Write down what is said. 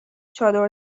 چادر